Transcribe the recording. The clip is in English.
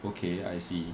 okay I see